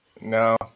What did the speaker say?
No